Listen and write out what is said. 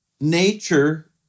nature